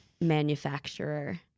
manufacturer